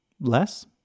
less